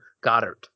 Goddard